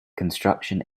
construction